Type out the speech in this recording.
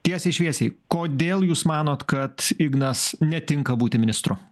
tiesiai šviesiai kodėl jūs manot kad ignas netinka būti ministru